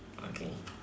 okay